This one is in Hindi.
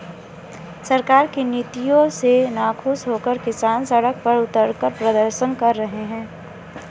सरकार की नीतियों से नाखुश होकर किसान सड़क पर उतरकर प्रदर्शन कर रहे हैं